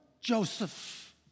Joseph